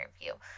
interview